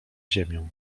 ziemię